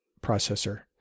processor